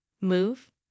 move